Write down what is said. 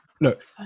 look